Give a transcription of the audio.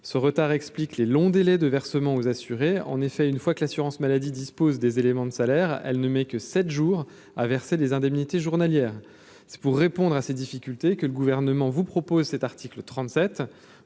ce retard explique les longs délais de versement aux assurés, en effet, une fois que l'assurance maladie disposent des éléments de salaire, elle ne met que 7 jours à verser des indemnités journalières, c'est pour répondre à ces difficultés que le gouvernement vous propose cet article 37